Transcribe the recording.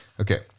Okay